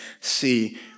see